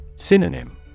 Synonym